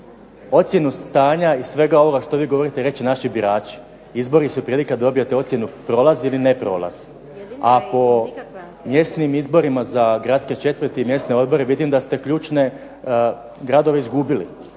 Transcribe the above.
Ocjenu stanja iz svega ovoga što vi govorite reći će naši birači. Izbori su prilika dobijete ocjenu prolaz ili ne prolaz, a po mjesnim izborima za gradske četvrti i mjesne odbore vidim da ste ključne gradove izgubili.